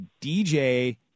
DJ